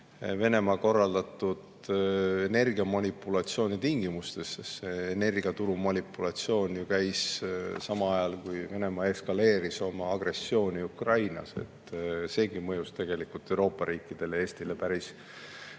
Venemaa korraldatud energiamanipulatsiooni tingimustes. See energiaturu manipulatsioon ju käis samal ajal, kui Venemaa eskaleeris oma agressiooni Ukrainas. See mõjus tegelikult Euroopa riikidele ja Eestile päris